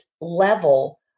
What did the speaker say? level